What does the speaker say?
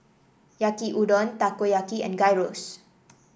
Yaki Udon Takoyaki and Gyros